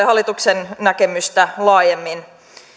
hallituksen näkemystä laajemmin